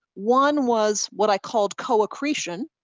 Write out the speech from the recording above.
one was what i called co-accretion,